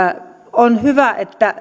on hyvä että